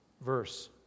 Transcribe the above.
verse